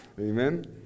Amen